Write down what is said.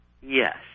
Yes